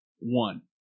one